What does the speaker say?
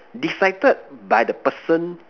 decided by the person